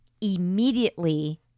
Immediately